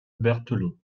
berthelot